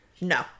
no